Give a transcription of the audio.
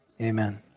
Amen